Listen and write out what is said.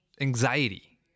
anxiety